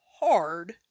hard